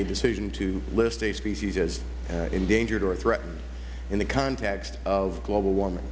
a decision to list a species as endangered or threatened in the context of global warming